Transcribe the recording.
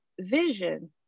vision